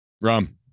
Rum